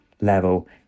level